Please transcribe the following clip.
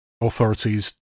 authorities